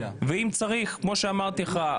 כמו שאמרתי לך,